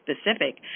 specific